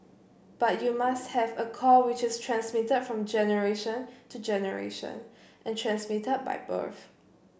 but you must have a core which is transmitted from generation to generation and transmitted by birth